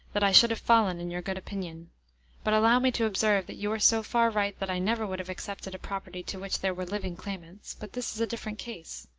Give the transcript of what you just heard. that i should have fallen in your good opinion but allow me to observe that you are so far right that i never would have accepted a property to which there were living claimants but this is a different case.